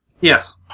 Yes